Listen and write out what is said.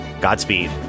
Godspeed